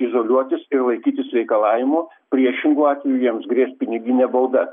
izoliuotis ir laikytis reikalavimų priešingu atveju jiems grės piniginė bauda